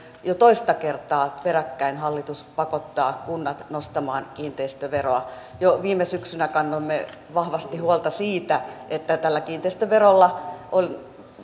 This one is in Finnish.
jo toista kertaa peräkkäin hallitus pakottaa kunnat nostamaan kiinteistöveroa jo viime syksynä kannoimme vahvasti huolta siitä että tällä kiinteistöverolla on